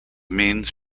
means